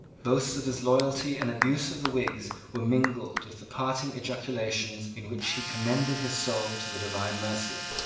boasts of his loyalty and abuse of the whigs were mingled with the parting ejaculations in which he commended his soul to the divine mercy.